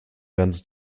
ganzen